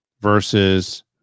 versus